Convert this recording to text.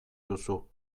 duzu